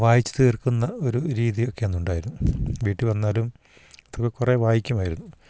വായിച്ച് തീർക്കുന്ന ഒരു രീതിയൊക്കെ അന്നുണ്ടായിരുന്നു വീട്ടിൽ വന്നാലും ഇതൊക്കെ കുറേ വായിക്കുമായിരുന്നു